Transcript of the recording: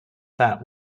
that